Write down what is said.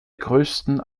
größten